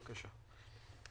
בבקשה.